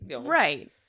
right